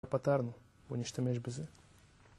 ופתרנו. בוא נשתמש בזה